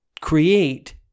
create